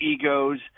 egos